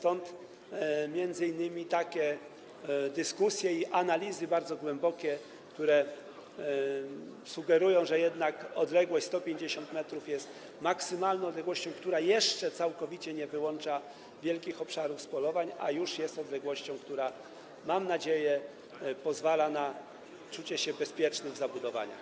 Stąd m.in. takie dyskusje i bardzo głębokie analizy, które sugerują, że jednak odległość 150 m jest maksymalną odległością, która jeszcze całkowicie nie wyłącza wielkich obszarów z polowań, a już jest odległością, która - mam nadzieję - pozwala na czucie się bezpiecznym w zabudowaniach.